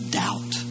doubt